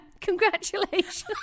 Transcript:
congratulations